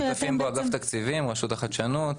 שותפים בו אגף תקציבים, רשות החדשנות,